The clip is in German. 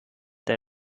der